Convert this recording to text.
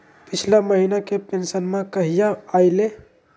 पिछला महीना के पेंसनमा कहिया आइले?